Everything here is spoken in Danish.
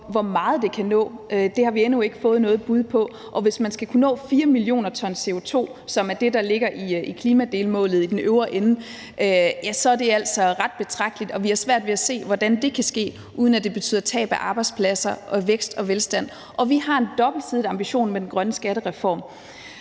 hvor meget det kan nå. Det har vi endnu ikke fået noget bud på. Og hvis man skal kunne nå 4 mio. t CO2, som er det, der ligger i klimadelmålet i den øvre ende, er det altså ret betragteligt, og vi har svært ved at se, hvordan det kan ske, uden at det betyder tab af arbejdspladser, vækst og velstand. Og vi har en dobbeltsidet ambition med den grønne skattereform: